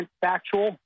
factual